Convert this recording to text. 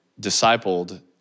discipled